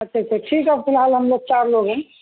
اچھا اچھا ٹھیک ہے فی الحال ہم لوگ چار لوگ ہیں